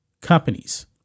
companies